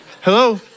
Hello